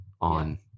on